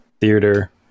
theater